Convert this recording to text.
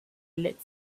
lit